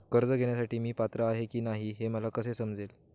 कर्ज घेण्यासाठी मी पात्र आहे की नाही हे मला कसे समजेल?